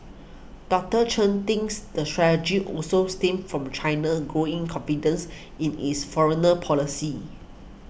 Doctor Chen thinks the strategy also stems from China's growing confidence in its foreigner policy